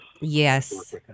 yes